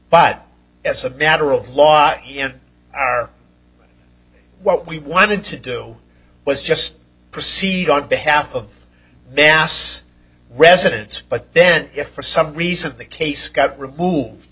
but as a matter of law what we wanted to do was just proceed on behalf of the ass residents but then if for some reason the case got removed